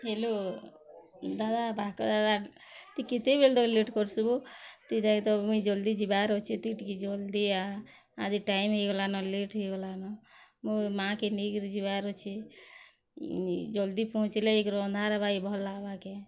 hello ଦାଦା ବାଙ୍କ ଦାଦା ତୁଇ କେତେବେଲ୍ ତକ୍ ଲେଟ୍ କର୍ସୁଁ ବୋ ତୁଇ ଦେଖ ତ ମୁଇଁ ଜଲଦି ଯିବାର୍ ଅଛେ ତୁଇ ଟିକେ ଜଲ୍ଦି ଆ ଆଜି ଟାଇମ୍ ହେଇଗଲାନ ଲେଟ୍ ହେଇଗଲାନ ମୁଁ ମାଆକେ ନେଇକରି ଯିବାର୍ ଅଛି ଜଲ୍ଦି ପହଞ୍ଚିଲେ ଯାଇକିରି ଅନ୍ଧାର୍ ହେବାକେ ଭଲ୍ ଲାଗ୍ବା କେ